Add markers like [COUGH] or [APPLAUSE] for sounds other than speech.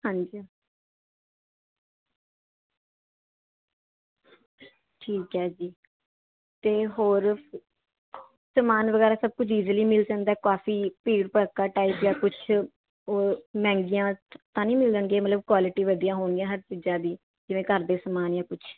ਹਾਂਜੀ ਠੀਕ ਹੈ ਜੀ ਅਤੇ ਹੋਰ ਸਮਾਨ ਵਗੈਰਾ ਸਭ ਕੁਝ ਈਜ਼ੀਲੀ ਮਿਲ ਜਾਂਦਾ ਕਾਫੀ [UNINTELLIGIBLE] ਟਾਈਪ ਜਾਂ ਕੁਛ ਉਹ ਮਹਿੰਗੀਆਂ ਤਾਂ ਨਹੀਂ ਮਿਲਣਗੀਆਂ ਮਤਲਬ ਕੁਆਲਟੀ ਵਧੀਆ ਹੋਣਗੀਆਂ ਹੱਦ ਤੋਂ ਜ਼ਿਆਦਾ ਜਿਵੇਂ ਘਰ ਦੇ ਸਮਾਨ ਜਾਂ ਕੁਛ